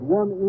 one